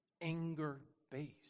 anger-based